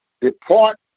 depart